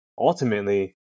ultimately